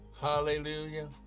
Hallelujah